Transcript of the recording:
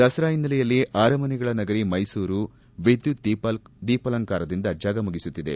ದಸರಾ ಹಿನ್ನೆಲೆಯಲ್ಲಿ ಆರಮನೆಗಳ ನಗರಿ ಮೈಸೂರು ವಿದ್ಯುತ್ ದೀಪಾಲಂಕಾರದಿಂದ ಝಗಮಗಿಸುತ್ತಿದೆ